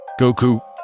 Goku